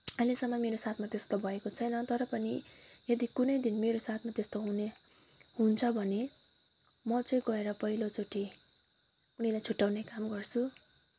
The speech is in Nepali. अहिलेसम्म मेरो साथमा त्यस्तो भएको छैन तर पनि यदि कुनै दिन मेरो साथमा त्यस्तो हुने हुन्छ भने म चाहिँ गएर पहिलोचोटि मेरो छुट्टाउने काम गर्छु